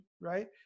right